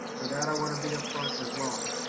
so that i want to be upfront as well.